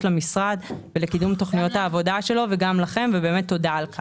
למשרד ולקידום תוכניות העבודה שלנו וגם לכם ותודה.